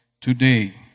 today